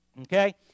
Okay